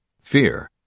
fear